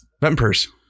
vampires